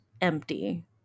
empty